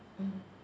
mm